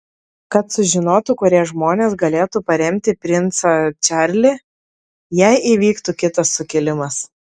kad sužinotų kurie žmonės galėtų paremti princą čarlį jei įvyktų kitas sukilimas